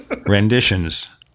renditions